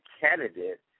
candidate